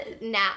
now